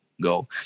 go